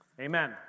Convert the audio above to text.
Amen